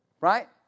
Right